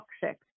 toxic